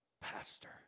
pastor